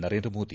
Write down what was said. Narendra Modi